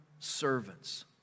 servants